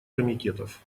комитетов